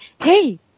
Hey